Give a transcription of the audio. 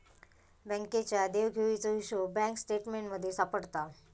बँकेच्या देवघेवीचो हिशोब बँक स्टेटमेंटमध्ये सापडता